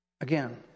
Again